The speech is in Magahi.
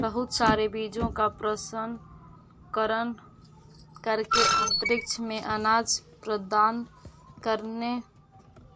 बहुत सारे बीजों का प्रशन करण करके अंतरिक्ष में अनाज उत्पादन करने